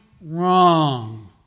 wrong